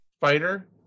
Fighter